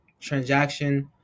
transaction